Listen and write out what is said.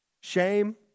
Shame